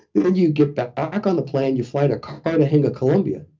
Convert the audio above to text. then you get back on the plane, you fly to cartagena, colombia.